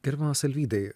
gerbiamas alvydai